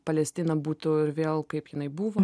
palestina būtų ir vėl kaip jinai buvo